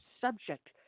subject